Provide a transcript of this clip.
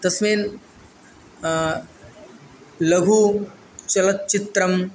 तस्मिन् लघुचलच्चित्रं